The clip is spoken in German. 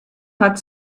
hat